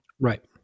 Right